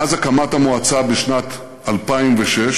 מאז הקמת המועצה בשנת 2006,